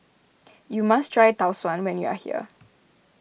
you must try Tau Suan when you are here